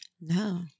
No